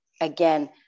again